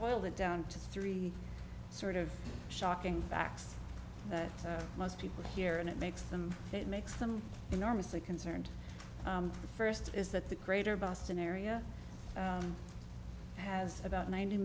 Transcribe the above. boiling down to three sort of shocking facts that most people here and it makes them it makes them enormously concerned the first is that the greater boston area has about ninety